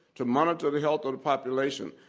to monitor the health of the population.